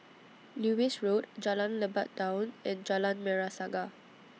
Lewis Road Jalan Lebat Daun and Jalan Merah Saga